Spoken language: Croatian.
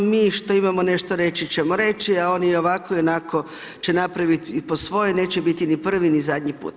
Mi što imamo nešto reći ćemo reći a oni i ovako i onako će napraviti i po svojoj, neće biti ni prvi ni zadnji put.